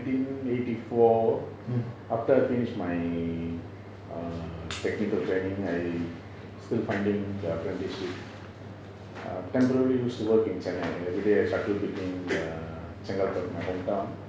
mm